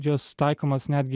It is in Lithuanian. jos taikomos netgi